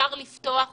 אפשר לפתוח אותם.